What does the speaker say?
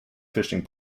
fishing